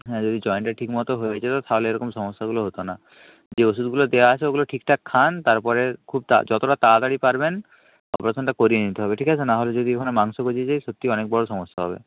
হ্যাঁ যদি জয়েনটা ঠিক মতো হয়ে যেত তাহলে এরকম সমস্যাগুলো হতো না যে ওষুধগুলো দেওয়া আছে ওগুলো ঠিকঠাক খান তারপরে খুব যতটা তাড়াতাড়ি পারবেন অপারেশানটা করিয়ে নিতে হবে ঠিক আছে না হলে যদি ওখানে মাংস গজিয়ে যায় সত্যি অনেক বড় সমস্যা হবে